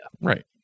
Right